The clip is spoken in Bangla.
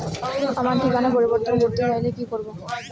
আমার ঠিকানা পরিবর্তন করতে চাই কী করব?